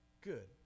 Good